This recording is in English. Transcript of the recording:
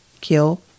kill